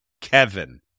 kevin